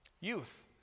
Youth